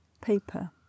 paper